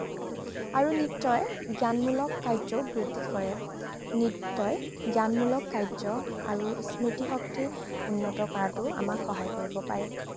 আৰু নৃত্যই জ্ঞানমূলক কাৰ্যও বৃদ্ধি কৰে নৃত্যই জ্ঞানমূলক কাৰ্য আৰু স্মৃতিশক্তি উন্নত কৰাতো আমাক সহায় কৰিব পাৰে